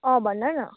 अँ भनन